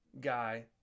guy